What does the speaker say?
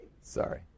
sorry